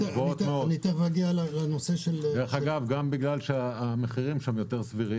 הן גבוהות מאוד גם בגלל שהמחירים שם יותר סבירים,